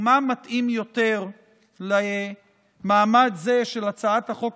ומה מתאים יותר למעמד זה של הצעת החוק